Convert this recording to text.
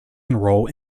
enroll